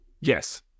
Yes